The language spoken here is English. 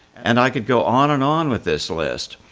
and i could go on and on with this list.